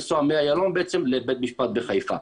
לנסוע מאיילון לבית משפט בחיפה.